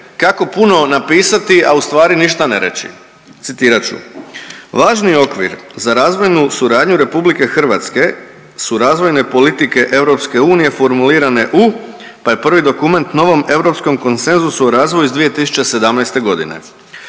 kako puno napisati, a ustvari ništa ne reći, citirat ću: „Važni okvir za razvojnu suradnju RH su razvojne politike EU formuliranje u“ pa je prvi dokument „novom europskom konsenzusu o razvoju iz 2017.g.